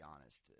honest